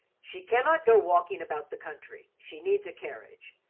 she can not go walking about the country. she needs a carriage.